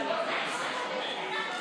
הכנסה (החזר בתשלום למעונות יום לאימהות),